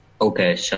Okay